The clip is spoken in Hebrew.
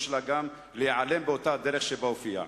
של האגם להיעלם באותה הדרך שבה הופיע.